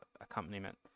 accompaniment